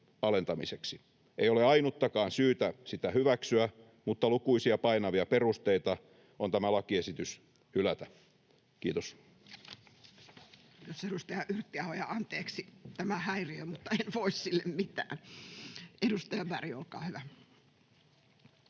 Ei ole ainuttakaan syytä sitä hyväksyä, mutta lukuisia painavia perusteita on tämä lakiesitys hylätä. — Kiitos. Kiitos, edustaja Yrttiaho. [Puhemies yskii] — Ja anteeksi tämä häiriö, mutta en voi sille mitään. — Edustaja Berg, olkaa hyvä.